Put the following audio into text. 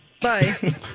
Bye